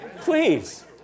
Please